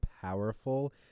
powerful